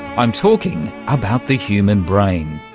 i'm talking about the human brain,